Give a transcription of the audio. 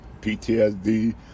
PTSD